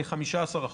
כ-15%.